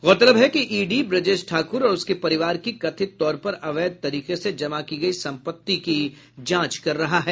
गौरतलब है कि ईडी ब्रजेश ठाकुर और उसके परिवार की कथित तौर पर अवैध तरीके से जमा की गयी संपत्ति की जांच कर रहा है